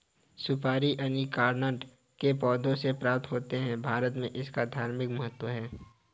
सुपारी अरीकानट के पौधों से प्राप्त होते हैं भारत में इसका धार्मिक महत्व है